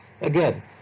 Again